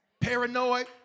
paranoid